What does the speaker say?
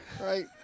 Right